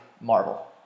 Marvel